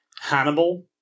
Hannibal